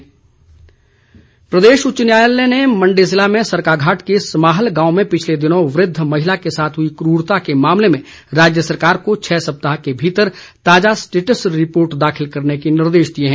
उच्च न्यायालय प्रदेश उच्च न्यायालय ने मंडी जिले में सरकाघाट के समाहल गांव में पिछले दिनों वृद्व महिला के साथ हुई क्रूरता के मामले में राज्य सरकार से छः सप्ताह के भीतर ताजा स्टेट्स रिपोर्ट दाखिल करने के निर्देश दिए हैं